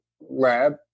lab